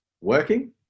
working